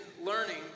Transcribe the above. learning